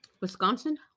Wisconsin